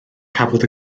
cafodd